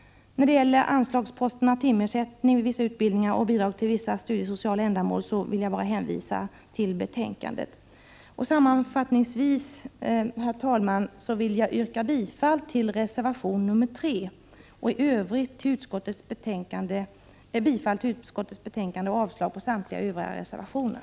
När det gäller anslagsposterna Timersättning vid vissa vuxenutbildningar och Bidrag till vissa studiesociala ändamål, vill jag bara hänvisa till betänkandet. Sammanfattningsvis, herr talman, vill jag yrka bifall till reservation 3 och i Övrigt bifall till hemställan i utskottets betänkande och avslag på samtliga Övriga reservationer.